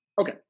Okay